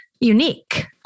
unique